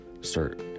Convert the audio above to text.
start